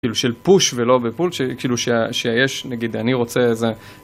כאילו של פוש ולא בפול, כאילו שיש, נגיד אני רוצה איזה...